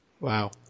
Wow